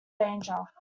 danger